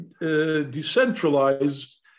decentralized